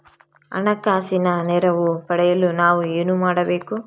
ಹಣಕಾಸಿನ ನೆರವು ಪಡೆಯಲು ನಾನು ಏನು ಮಾಡಬೇಕು?